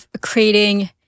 creating